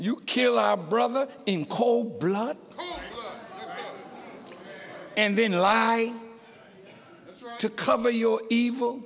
you kill our brother in cold blood and then lie to cover your evil